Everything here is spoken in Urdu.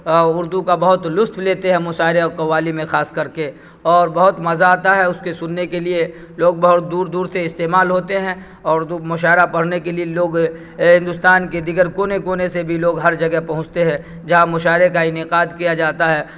اردو کا بہت لطف لیتے ہیں مشاعرے اور قوالی میں خاص کر کے اور بہت مزہ آتا ہے اس کے سننے کے لیے لوگ بہت دور دور سے استعمال ہوتے ہیں اردو مشاعرہ پڑھنے کے لیے لوگ ہندوستان کے دیگر کونے کونے سے بھی لوگ ہر جگہ پہنچتے ہیں جہاں مشاعرے کا انعقاد کیا جاتا ہے